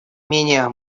менее